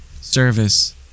service